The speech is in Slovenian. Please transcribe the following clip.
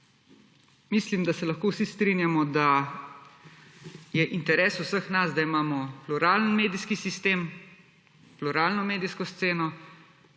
mislim, da se lahko vsi strinjamo, da je interes vseh nas, da imamo pluralen medijski sistem,